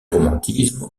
romantisme